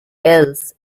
else